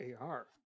AR